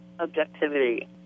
Objectivity